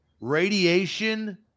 radiation